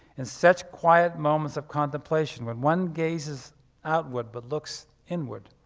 in such quiet moments of contemplation when one gazes outward but looks inward,